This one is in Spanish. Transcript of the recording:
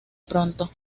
pronto